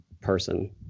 person